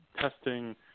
testing